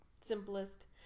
simplest